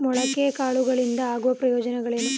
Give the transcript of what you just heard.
ಮೊಳಕೆ ಕಾಳುಗಳಿಂದ ಆಗುವ ಪ್ರಯೋಜನವೇನು?